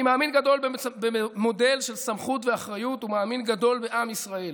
אני מאמין גדול במודל של סמכות ואחריות ומאמין גדול בעם ישראל.